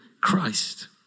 Christ